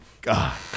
God